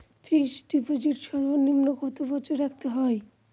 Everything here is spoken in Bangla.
ফিক্সড ডিপোজিট সর্বনিম্ন কত বছর রাখতে হয়?